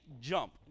jump